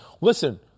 Listen